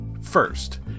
First